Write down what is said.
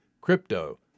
Crypto